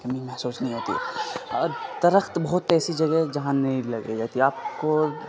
کمی محسوس نہیں ہوتی اور درخت بہت ایسی جگہ ہے جہاں نہیں لگائی جاتی آپ کو